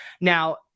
now